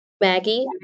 Maggie